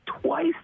twice